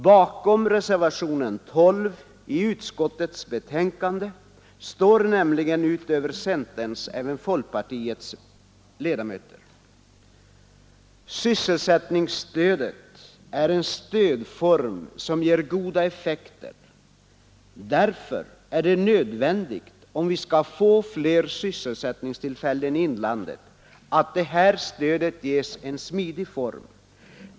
Bakom reservation 12 i utskottets betänkande står nu utöver centerns även folkpartiets ledamöter. Sysselsättningsstödet är en stödform som ger goda effekter. Därför är det nödvändigt, om vi skall få fler sysselsättningstillfällen i inlandet, att detta stöd ges en smidig form.